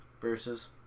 versus